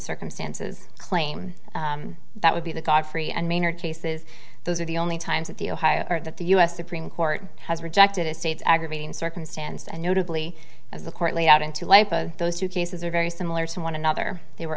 circumstances claim that would be the godfrey and minor cases those are the only times that the ohio or that the u s supreme court has rejected a state's aggravating circumstance and notably as the court laid out into life those two cases are very similar to one another they were